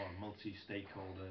multi-stakeholder